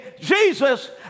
Jesus